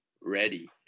ready